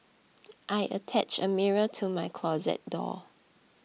I attached a mirror to my closet door